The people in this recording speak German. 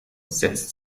setzt